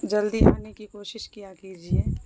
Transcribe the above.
جلدی آنے کو کوشش کیا کیجیے